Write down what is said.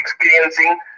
experiencing